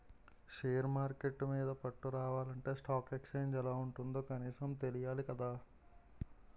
share market మీద పట్టు రావాలంటే స్టాక్ ఎక్సేంజ్ ఎలా ఉంటుందో కనీసం తెలియాలి కదా